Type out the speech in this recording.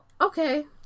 Okay